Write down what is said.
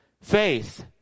Faith